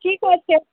ঠিক আছে